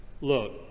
look